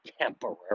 temporary